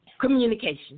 communication